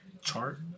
chart